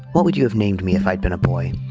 what would you have named me if i'd been a boy?